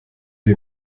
wie